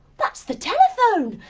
that's the telephone.